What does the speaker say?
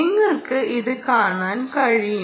നിങ്ങൾക്ക് ഇത് കാണാൻ കഴിയും